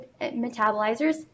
metabolizers